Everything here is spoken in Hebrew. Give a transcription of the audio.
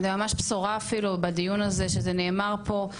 זה ממש בשורה אפילו בדיון הזה שזה נאמר פה,